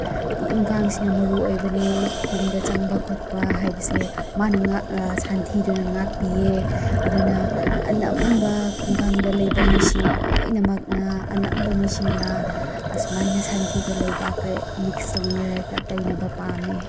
ꯇꯤꯟ ꯀꯪꯁꯤꯅ ꯃꯔꯨ ꯑꯣꯏꯕꯅꯦ ꯌꯨꯝꯗ ꯆꯪꯕ ꯈꯣꯠꯄ ꯍꯥꯏꯕꯁꯦ ꯃꯥꯅ ꯁꯟꯊꯤꯗꯨꯅ ꯉꯥꯛꯄꯤꯑꯦ ꯑꯗꯨꯅ ꯑꯅꯝꯕ ꯈꯨꯡꯒꯪꯗ ꯂꯩꯕ ꯃꯤꯁꯤꯡ ꯂꯣꯏꯅꯃꯛꯅ ꯑꯅꯝꯕ ꯃꯤꯁꯤꯡꯅ ꯑꯁꯨꯃꯥꯏꯅ ꯁꯟꯊꯤꯒ ꯂꯩꯕꯥꯛꯀ ꯃꯤꯛꯁ ꯇꯧꯅꯔꯒ ꯇꯩꯅꯕ ꯄꯥꯝꯃꯦ